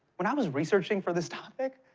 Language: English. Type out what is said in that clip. when i was researching for this topic,